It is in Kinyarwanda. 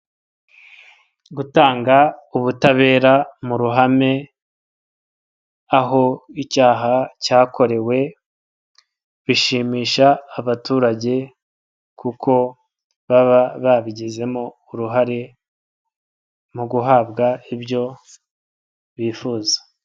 Gutanga ubutabera mu ruhame , aho icyaha cyakorewe bishimisha abaturage kuko baba babigizemo uruhare mu guhabwa ibyo bifuza.